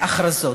ההכרזות.